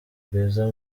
rwiza